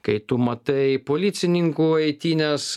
kai tu matai policininkų eitynes